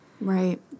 Right